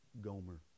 Gomer